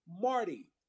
Marty